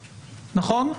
נכון?